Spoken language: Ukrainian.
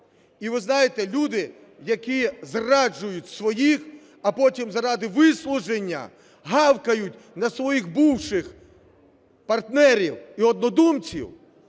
І ви знаєте, люди, які зраджують своїх, а потім заради вислуження гавкають на своїх бувших партнерів і однодумців,